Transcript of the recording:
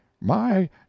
My